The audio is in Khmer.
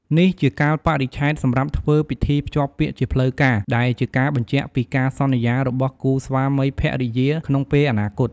នេះជាកាលបរិច្ឆេទសម្រាប់ធ្វើពិធីភ្ជាប់ពាក្យជាផ្លូវការ ដែលជាការបញ្ជាក់ពីការសន្យារបស់គូស្វាមីភរិយាក្នុងពេលអនាគត។